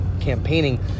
campaigning